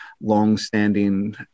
long-standing